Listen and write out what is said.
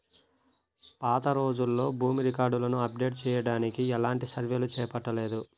పాతరోజుల్లో భూమి రికార్డులను అప్డేట్ చెయ్యడానికి ఎలాంటి సర్వేలు చేపట్టలేదు